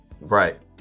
Right